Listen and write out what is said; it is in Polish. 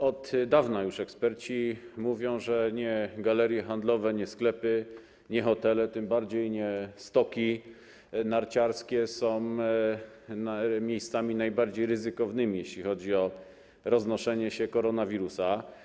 Od dawna już eksperci mówią, że nie galerie handlowe, nie sklepy, nie hotele, tym bardziej nie stoki narciarskie są miejscami najbardziej ryzykownymi, jeśli chodzi o roznoszenie koronawirusa.